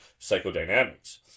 psychodynamics